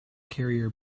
carrier